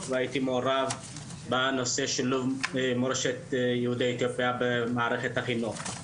והייתי מעורב בנושא של מורשת יהודי אתיופיה במערכת החינוך.